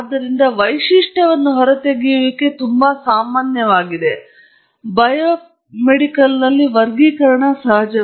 ಆದ್ದರಿಂದ ವೈಶಿಷ್ಟ್ಯವನ್ನು ಹೊರತೆಗೆಯುವಿಕೆ ತುಂಬಾ ಸಾಮಾನ್ಯವಾಗಿದೆ ಬಯೋಮೆಡಿಕಲ್ನಲ್ಲಿ ವರ್ಗೀಕರಣ ಸಹಜ